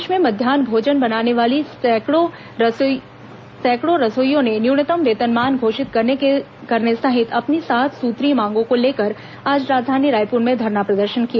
प्रदेश में मध्यान्ह भोजन बनाने वाली सैकड़ों रसोइयों ने न्यूनतम वेतनमान घोषित करने सहित अपनी सात सूत्रीय मांगों को लेकर आज राजधानी रायपुर में धरना प्रदर्शन किया